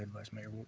and vice mayor.